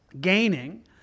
gaining